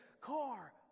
Car